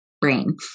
brain